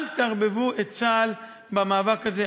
אל תערבו את צה"ל במאבק הזה.